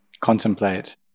contemplate